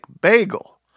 bagel